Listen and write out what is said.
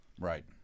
Right